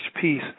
peace